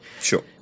sure